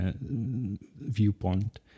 viewpoint